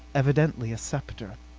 evidently a scepter.